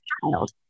child